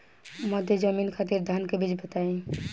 मध्य जमीन खातिर धान के बीज बताई?